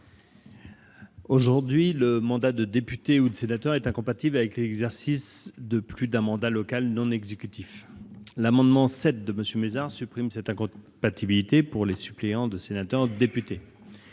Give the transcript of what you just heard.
Aujourd'hui, le mandat de député ou de sénateur est incompatible avec l'exercice de plus d'un mandat local non exécutif. L'amendement n° 7 rectifié de M. Mézard tend à supprimer cette incompatibilité pour les suppléants de sénateur ou de député,